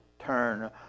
turn